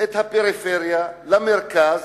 את הפריפריה למרכז,